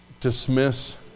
dismiss